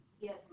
Yes